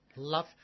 Love